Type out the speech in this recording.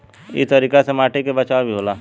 इ तरीका से माटी के बचाव भी होला